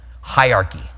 hierarchy